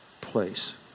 place